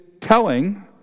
telling